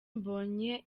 mbonyi